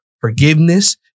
forgiveness